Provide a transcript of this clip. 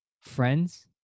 Friends